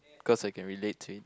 cause I can relate to it